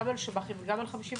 גם על שב"חים גם על 55,